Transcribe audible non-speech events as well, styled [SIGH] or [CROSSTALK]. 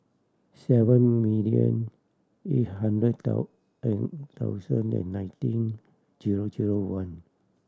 seven million eight hundred [UNINTELLIGIBLE] thousand and nineteen one